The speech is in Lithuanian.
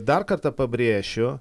dar kartą pabrėšiu